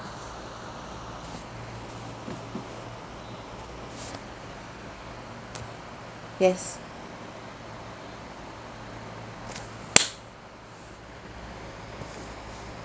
yes